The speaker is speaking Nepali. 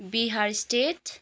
बिहार स्टेट